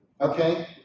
okay